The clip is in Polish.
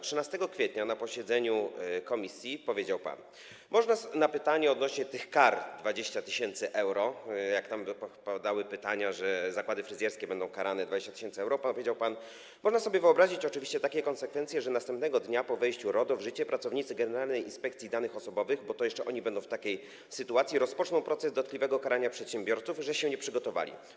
13 kwietnia na posiedzeniu komisji na pytanie odnośnie do tych kar 20 tys. euro - tam padały pytania dotyczące tego, że zakłady fryzjerskie będą karane karami 20 tys. euro - odpowiedział pan: Można sobie wyobrazić oczywiście takie konsekwencje, że następnego dnia po wejściu RODO w życie pracownicy generalnej inspekcji danych osobowych, bo to jeszcze oni będą w takiej sytuacji, rozpoczną proces dotkliwego karania przedsiębiorców, że się nie przygotowali.